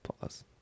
Pause